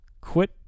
quit